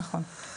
נכון.